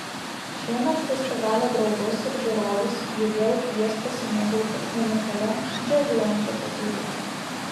šiemet festivalio draugus ir žiūrovus ji vėl kvies pasimėgauti unikalia džiazuojančia tapyba